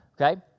okay